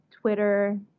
Twitter